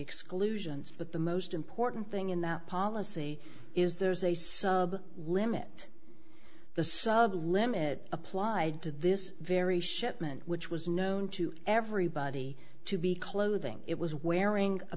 exclusions but the most important thing in the policy is there's a sub limit the sub limit applied to this very shipment which was known to everybody to be clothing it was wearing